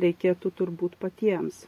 reikėtų turbūt patiems